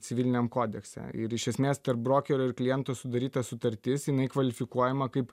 civiliniam kodekse ir iš esmės tarp brokerio ir kliento sudaryta sutartis jinai kvalifikuojama kaip